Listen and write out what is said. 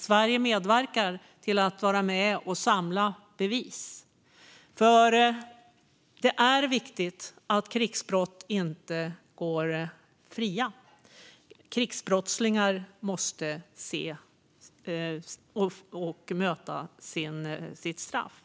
Sverige medverkar till att samla bevis, för det är viktigt att krigsbrottslingar inte går fria. De måste möta sitt straff.